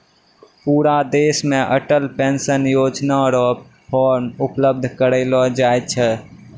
पूरा देश मे अटल पेंशन योजना र फॉर्म उपलब्ध करयलो जाय छै